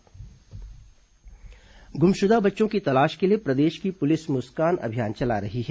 मुस्कान अभियान गुमशुदा बच्चों की तलाश के लिए प्रदेश की पुलिस मुस्कान अभियान चला रही है